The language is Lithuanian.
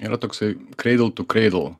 yra toksai cradle to cradle